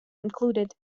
included